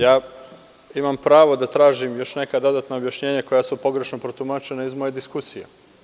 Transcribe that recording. Ja imam pravo da tražim još neka dodatna objašnjenja, koja su pogrešno protumačena iz moje diskusije.